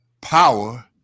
power